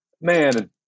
man